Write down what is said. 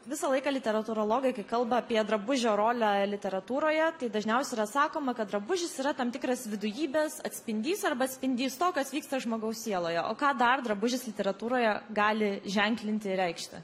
visą laiką literatūrologai kai kalba apie drabužio rolę literatūroje tai dažniausia yra sakoma kad drabužis yra tam tikras vidujybės atspindys arba atspindys to kas vyksta žmogaus sieloje o ką dar drabužis literatūroje gali ženklinti ir reikšti